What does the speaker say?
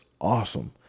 awesome